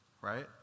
right